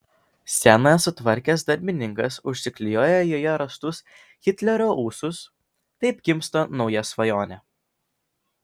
sceną sutvarkęs darbininkas užsiklijuoja joje rastus hitlerio ūsus taip gimsta nauja svajonė